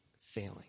failing